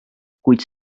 kuid